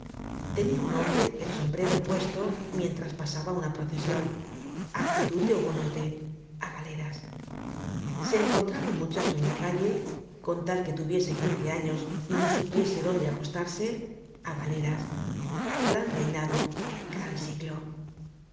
tenia un hombre el sombrero puesto mientras pasaba una procesion actitud de hugonote á galeras se encontraba un muchacho en la calle con tal que tuviese quince años y no supiese dónde acostarse á galeras gran reinado gran siglo